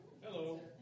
Hello